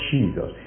Jesus